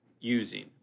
using